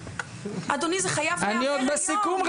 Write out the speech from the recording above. אדוני, זה חייב להיאמר היום.